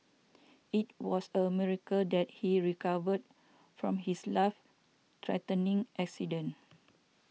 it was a miracle that he recovered from his life threatening accident